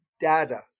data